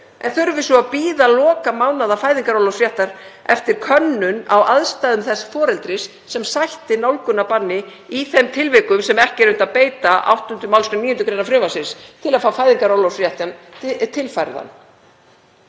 en þurfa svo að bíða lokamánaða fæðingarorlofsréttar eftir könnun á aðstæðum þess foreldris sem sætti nálgunarbanni í þeim tilvikum sem ekki er unnt að beita 8. mgr. 9. gr. frumvarpsins til að fá fæðingarorlofsréttinn tilfærðan.